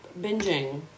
binging